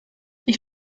ich